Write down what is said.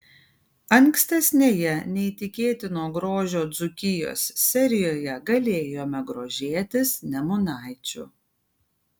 ankstesnėje neįtikėtino grožio dzūkijos serijoje galėjome grožėtis nemunaičiu